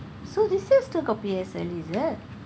so this year still got P_S_L_E is it